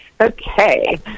okay